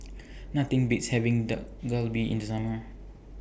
Nothing Beats having Dak Galbi in The Summer